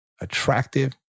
attractive